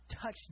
touch